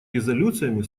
резолюциями